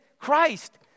Christ